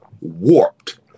warped